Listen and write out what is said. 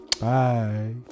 Bye